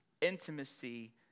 intimacy